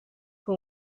who